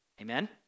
Amen